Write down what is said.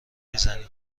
میزنی